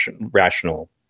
rational